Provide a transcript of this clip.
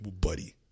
buddy